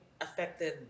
affected